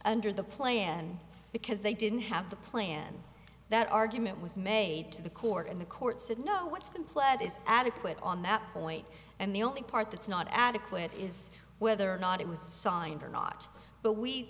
under the plan because they didn't have the plan that argument was made to the court and the court said no what's been pledged is adequate on that point and the only part that's not adequate is whether or not it was signed or not but we